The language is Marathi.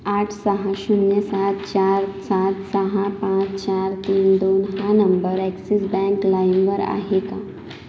आठ सहा शून्य सात चार सात सहा पाच चार तीन दोन हा नंबर ॲक्सिस बँक लाईमवर आहे का